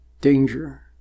danger